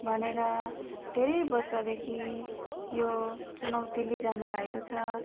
भनेर धेरै वर्षदेखि यो चुनौती लिइरहनु भएको छ